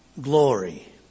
glory